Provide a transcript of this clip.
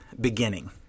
beginning